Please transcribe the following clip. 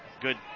Good